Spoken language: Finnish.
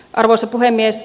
arvoisa puhemies